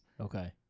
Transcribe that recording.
Okay